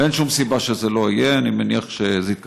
ואין שום סיבה שזה לא יהיה.